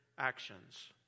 actions